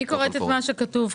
אני קוראת את מה שכתוב.